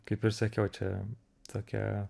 kaip ir sakiau čia tokia